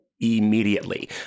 immediately